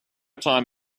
time